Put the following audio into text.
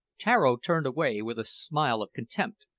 tararo turned away with a smile of contempt,